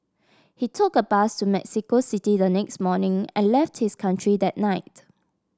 he took a bus to Mexico City the next morning and left his country that night